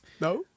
No